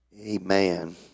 Amen